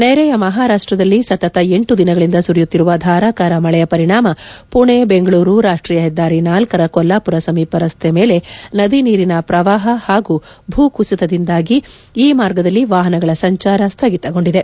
ನೆರೆಯ ಮಹಾರಾಷ್ಟ್ರದಲ್ಲಿ ಸತತ ಲ ದಿನಗಳಿಂದ ಸುರಿಯುತ್ತಿರುವ ಧಾರಾಕಾರ ಮಳೆಯ ಪರಿಣಾಮ ಪುಣೆ ಬೆಂಗಳೂರು ರಾಷ್ಟೀಯ ಹೆದ್ದಾರಿ ಳರ ಕೊಲ್ಲಾಪುರ ಸಮೀಪ ರಸ್ತೆ ಮೇಲೆ ನದಿ ನೀರಿನ ಪ್ರವಾಹ ಹಾಗೂ ಭೂಕುಸಿತದಿಂದಾಗಿ ಈ ಮಾರ್ಗದಲ್ಲಿ ವಾಹನಗಳ ಸಂಚಾರ ಸ್ದಗಿತಗೊಂದಿದೆ